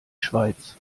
schweiz